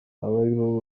abariho